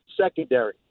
secondary